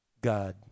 God